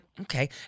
okay